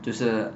就是